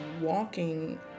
walking